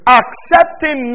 accepting